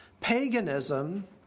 Paganism